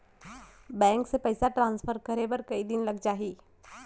Bank से पइसा transfer करे बर कई दिन लग जाही?